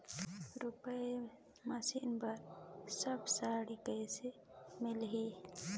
Reaper machine बर subsidy कइसे मिलही?